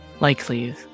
Likely